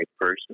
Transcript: person